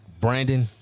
Brandon